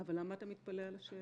אבל, למה אתה מתפלא על השאלה?